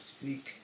speak